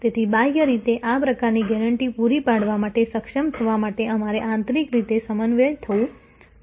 તેથી બાહ્ય રીતે આ પ્રકારની ગેરંટી પૂરી પાડવા માટે સક્ષમ થવા માટે અમારે આંતરિક રીતે સમન્વયિત થવું પડશે